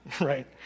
right